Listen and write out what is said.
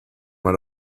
mal